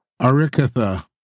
Arikatha